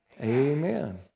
Amen